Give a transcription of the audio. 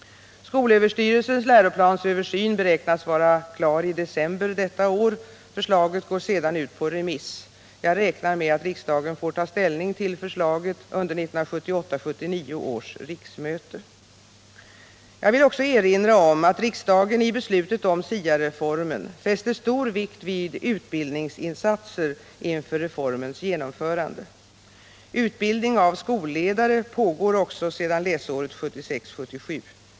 Skolöverstyrelsens läroplansöversyn beräknas vara klar i december detta år. Förslaget går sedan ut på remiss. Jag räknar med att riksdagen får ta ställning till förslaget under 1978 77.